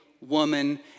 woman